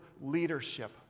leadership